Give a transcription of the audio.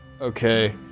okay